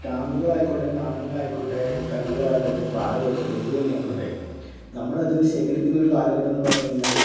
സ്റ്റാമ്പുകളായിക്കോട്ടെ നാണയങ്ങളായിക്കോട്ടെ കല്ലുകളായിക്കോട്ടെ പാറയായിക്കോട്ടെ എന്തു തന്നെ ആയിക്കോട്ടെ നമ്മളത് ശേഖരിക്കുന്ന ഒരു കാലഘട്ടം എന്ന് പറഞ്ഞു കഴിഞ്ഞാല്